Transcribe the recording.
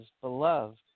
beloved